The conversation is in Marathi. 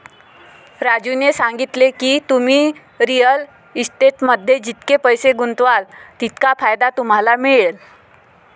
राजूने सांगितले की, तुम्ही रिअल इस्टेटमध्ये जितके पैसे गुंतवाल तितका फायदा तुम्हाला मिळेल